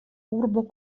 urbo